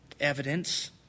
evidence